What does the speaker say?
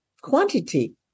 quantity